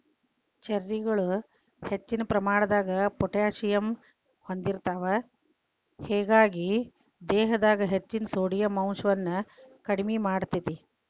ಚೆರ್ರಿಗಳು ಹೆಚ್ಚಿನ ಪ್ರಮಾಣದ ಪೊಟ್ಯಾಸಿಯಮ್ ಹೊಂದಿರ್ತಾವ, ಹೇಗಾಗಿ ದೇಹದಾಗ ಹೆಚ್ಚಿನ ಸೋಡಿಯಂ ಅಂಶವನ್ನ ಕಡಿಮಿ ಮಾಡ್ತೆತಿ